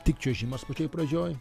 tik čiuožimas pačioj pradžioj